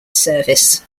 service